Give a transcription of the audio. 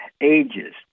ages